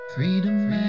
Freedom